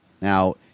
Now